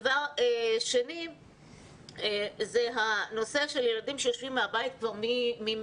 דבר שני זה הנושא של ילדים שיושבים בבית ממרץ.